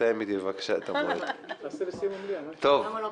תתאם איתי בבקשה את המועד.